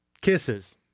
kisses